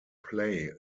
play